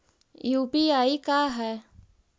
UPI का है?